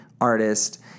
artist